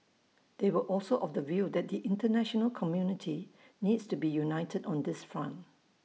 they were also of the view that the International community needs to be united on this front